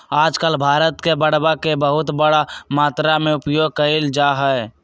आजकल भारत में बांडवा के बहुत बड़ा मात्रा में उपयोग कइल जाहई